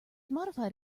modified